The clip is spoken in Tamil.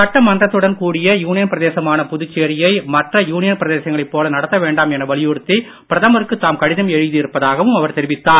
சட்டமன்றத்துடன் கூடிய யூனியன் பிரதேசமான புதுச்சேரியை மற்ற யூனியன் பிரதேசங்களைப் போல நடத்த வேண்டாம் என வலியுறுத்தி பிரதமருக்கு தாம் கடிதம் எழுதியிருப்பதாகவும் அவர் தெரிவித்தார்